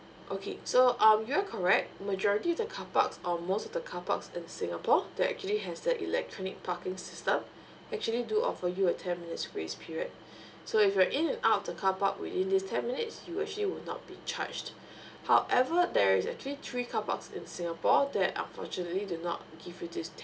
okay so um you're correct majority of the carparks or most of the carpark in singapore that actually has the electronic parking system actually do offer you a ten minutes grace period so if you're in and out of the carpark within this ten minutes you would actually will not be charged however there is actually three carparks in singapore that unfortunately do not give you these